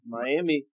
Miami